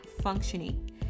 functioning